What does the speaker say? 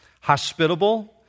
Hospitable